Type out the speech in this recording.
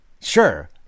Sure